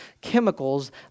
chemicals